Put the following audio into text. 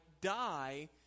die